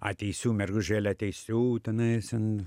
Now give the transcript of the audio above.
ateisiu mergužėle ateisiu tenais ten